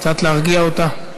קצת להרגיע אותה.